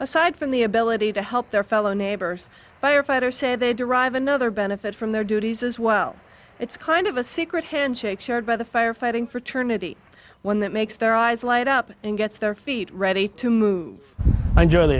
aside from the ability to help their fellow neighbors firefighters say they derive another benefit from their duties as well it's kind of a secret handshake shared by the firefighting for turnitin one that makes their eyes light up and gets their feet ready to move and join the